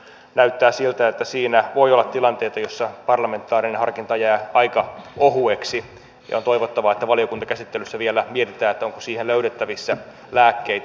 näyttää siltä että siinä voi olla tilanteita joissa parlamentaarinen harkinta jää aika ohueksi ja on toivottavaa että valiokuntakäsittelyssä vielä mietitään onko siihen löydettävissä lääkkeitä